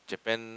Japan